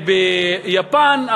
ביפן,